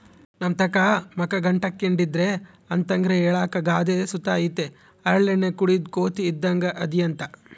ನಮ್ತಾಕ ಮಕ ಗಂಟಾಕ್ಕೆಂಡಿದ್ರ ಅಂತರ್ಗೆ ಹೇಳಾಕ ಗಾದೆ ಸುತ ಐತೆ ಹರಳೆಣ್ಣೆ ಕುಡುದ್ ಕೋತಿ ಇದ್ದಂಗ್ ಅದಿಯಂತ